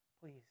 please